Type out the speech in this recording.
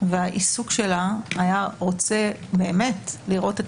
והעיסוק שלה היו רוצים באמת לראות את